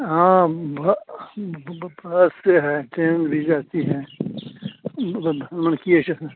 हाँ ब बस से है ट्रेन भी जाती है बनमनखी स्टेशन